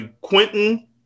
Quentin